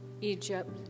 Egypt